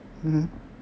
mmhmm